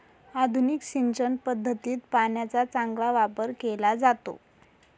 आधुनिक सिंचन पद्धतीत पाण्याचा चांगला वापर केला जातो